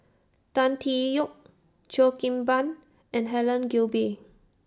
Tan Tee Yoke Cheo Kim Ban and Helen Gilbey